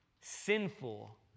sinful